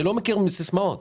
אני לא מכיר סיסמאות.